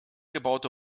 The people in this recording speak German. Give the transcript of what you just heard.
gebaute